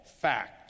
fact